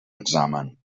examen